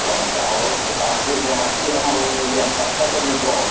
ꯌꯥꯝ ꯆꯥꯎꯔꯦ ꯗꯨꯀꯥꯟꯁꯦ ꯌꯥꯝ ꯄꯤꯛꯑꯝꯃꯣꯏꯅꯦ ꯌꯥꯝ ꯆꯥꯎꯈꯠꯂꯃꯤꯀꯣ